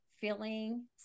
feeling